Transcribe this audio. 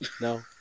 No